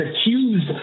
accused